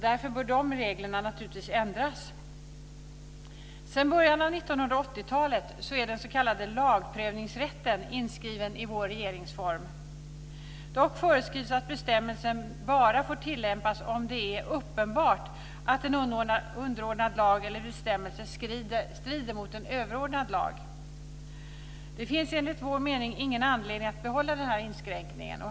Därför bör de reglerna naturligtvis ändras. Sedan början av 1980-talet är den s.k. lagprövningsrätten inskriven i vår regeringsform. Dock föreskrivs att bestämmelsen bara får tillämpas om det är uppenbart att en underordnad lag eller bestämmelse strider mot en överordnad lag. Det finns enligt vår mening ingen anledning att behålla denna inskränkning.